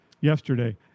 yesterday